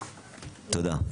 תודה.